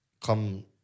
come